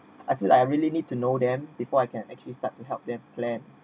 I feel like I really need to know them before I can actually start to help them plan